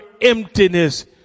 emptiness